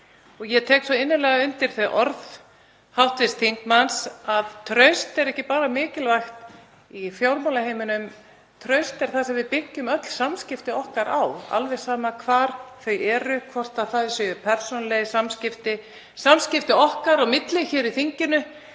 ég tek svo innilega undir þau orð hv. þingmanns að traust sé ekki bara mikilvægt í fjármálaheiminum. Traust er það sem við byggjum öll samskipti okkar á, alveg sama hvar þau eru, hvort sem það eru persónuleg samskipti okkar á milli hér í þinginu